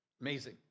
Amazing